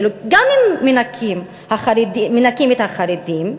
שגם אם מנכים את החרדים,